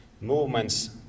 movements